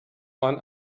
one